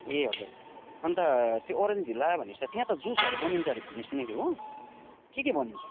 ए हजुर अन्त त्यो ओरेन्ज भिल्ला भनेपछि त त्यहाँ त जुसहरू बनिन्छ अरे भनेको सुनेको थिएँ हो के के बनिन्छ